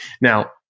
Now